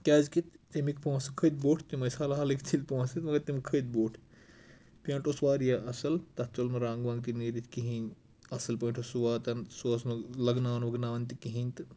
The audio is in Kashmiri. کیازِ کہ اَمِکۍ پونٛسہٕ کھٔتۍ بوٚٹھ تِم ٲسۍ حل حَلٕکۍ تِم پونٛسہٕ مگر تِم کھٔتۍ بوٚٹھ پٮ۪نٛٹ اوس واریاہ اَصٕل تَتھ ژوٚل نہٕ رنٛگ ونٛگ تہِ نیٖرِتھ کِہینۍ اَصٕل پٲٹھۍ اوس سُہ واتان سُہ اوس نہٕ لَگناوان وَگناوان تہِ کِہینۍ تہِ